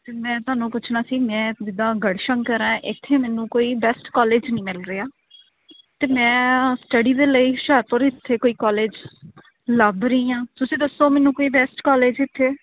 ਅਤੇ ਮੈਂ ਤੁਹਾਨੂੰ ਪੁੱਛਣਾ ਸੀ ਮੈਂ ਜਿੱਦਾਂ ਗੜਸ਼ੰਕਰ ਆ ਇੱਥੇ ਮੈਨੂੰ ਕੋਈ ਬੈਸਟ ਕੋਲਿਜ ਨਹੀਂ ਮਿਲ ਰਿਹਾ ਅਤੇ ਮੈਂ ਸਟੱਡੀ ਦੇ ਲਈ ਹੁਸ਼ਿਆਰਪੁਰ ਇੱਥੇ ਕੋਈ ਕੋਲਿਜ ਲੱਭ ਰਹੀ ਹਾਂ ਤੁਸੀਂ ਦੱਸੋ ਮੈਨੂੰ ਕੋਈ ਬੈਸਟ ਕੋਲਿਜ ਇੱਥੇ